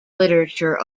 literature